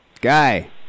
Guy